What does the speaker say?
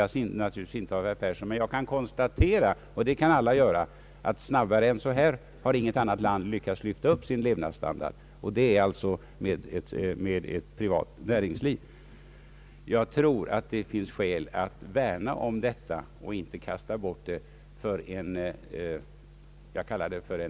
Jag vill, herr talman, sluta med att yrka bifall till reservationen.